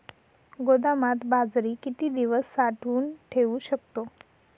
गोदामात बाजरी किती दिवस साठवून ठेवू शकतो?